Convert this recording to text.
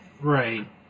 Right